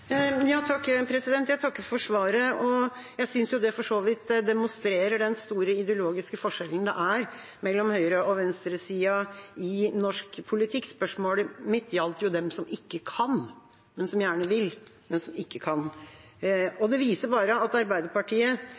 det demonstrerer den store ideologiske forskjellen mellom høyresida og venstresida i norsk politikk. Spørsmålet mitt gjaldt jo dem som ikke kan – de som gjerne vil, men som ikke kan. Det viser bare at Arbeiderpartiet